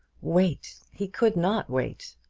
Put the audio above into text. wait! he could not wait.